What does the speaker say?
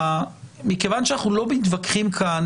מכיוון שאנחנו לא מתווכחים כאן,